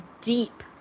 deep